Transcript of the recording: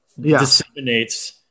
disseminates